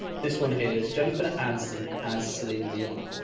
this one here is jennifer aniston as celine dion.